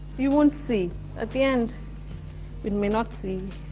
you won't see at the end we may not see